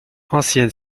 ancienne